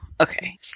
Okay